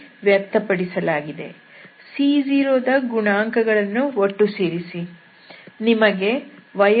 c0 ದ ಗುಣಾಂಕಗಳನ್ನು ಒಟ್ಟು ಸೇರಿಸಿ